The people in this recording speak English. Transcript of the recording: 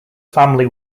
family